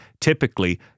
typically